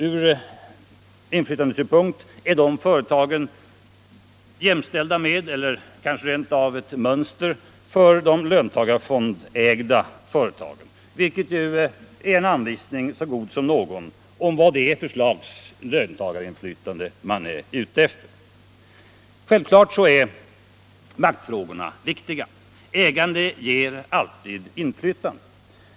Ur inflytandesynpunkt är dessa jämställda med — eller kanske rent av ett mönster för — de löntagarägda företagen vilket ju är en anvisning så god som någon om vad det är för slags löntagarinflytande man är ute efter. Självklart är maktfrågorna viktiga. Ägande ger alltid inflytande.